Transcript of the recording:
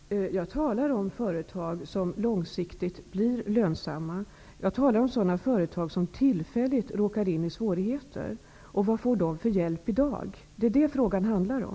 Herr talman! Jag talar om företag som långsiktigt blir lönsamma. Jag talar om sådana företag som tillfälligt råkar in i svårigheter och om vad de i dag får för hjälp. Det handlar frågan om.